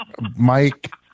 Mike